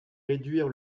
réduire